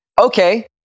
Okay